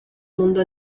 mundo